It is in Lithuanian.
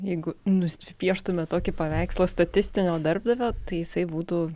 jeigu nusipieštume tokį paveikslą statistinio darbdavio tai jisai būtų